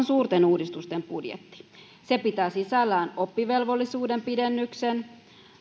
suurten uudistusten budjetti se pitää sisällään oppivelvollisuuden pidennyksen